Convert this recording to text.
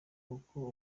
kuko